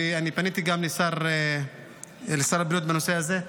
ואני פניתי גם לשר הבריאות בנושא הזה.